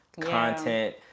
content